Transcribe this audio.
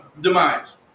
Demise